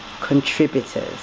contributors